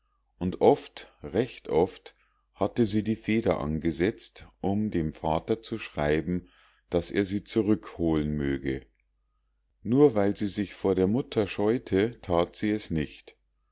und oft recht oft hatte sie die feder angesetzt um dem vater zu schreiben daß er sie zurückholen möge nur weil sie sich vor der mutter scheute that sie es nicht